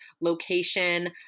location